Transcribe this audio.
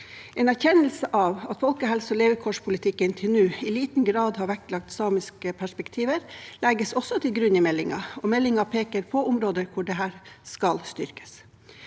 En erkjennelse av at folkehelse- og levekårspolitikken til nå i liten grad har vektlagt samiske perspektiver, legges også til grunn i meldingen, og meldingen peker på områder hvor dette skal styrkes.